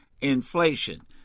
inflation